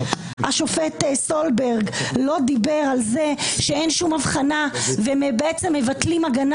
השופט סולברג לא דיבר על זה שאין שום הבחנה ומבטלים הגנה